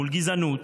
מול גזענות,